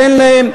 תן להם.